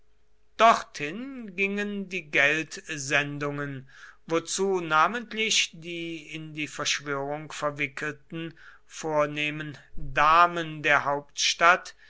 dorthin gingen die geldsendungen wozu namentlich die in die verschwörung verwickelten vornehmen damen der hauptstadt